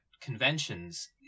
conventions